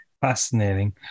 Fascinating